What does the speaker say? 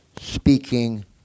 speaking